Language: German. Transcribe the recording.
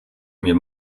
mir